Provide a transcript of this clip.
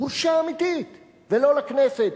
בושה אמיתית ולא לכנסת.